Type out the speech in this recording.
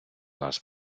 нас